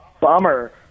bummer